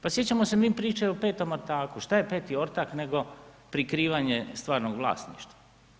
Pa sjećamo se mi priče o petom ortaku, šta je peti ortak nego prikrivanje stvarnog vlasništva.